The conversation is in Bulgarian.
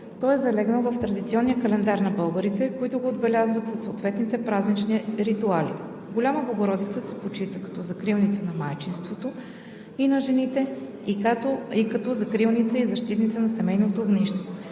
Той е залегнал в традиционния календар на българите, които го отбелязват със съответните празнични ритуали. Голяма Богородица се почита като закрилница на майчинството и на жените и като закрилница и защитница на семейното огнище.